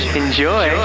enjoy